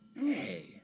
Hey